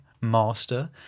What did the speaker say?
master